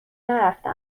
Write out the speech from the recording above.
نرفته